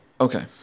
Okay